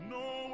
no